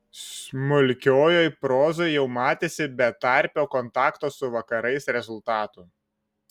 smulkiojoj prozoj jau matėsi betarpio kontakto su vakarais rezultatų